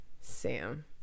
Sam